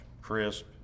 crisp